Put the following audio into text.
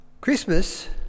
Christmas